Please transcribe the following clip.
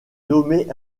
nommé